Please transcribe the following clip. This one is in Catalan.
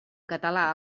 català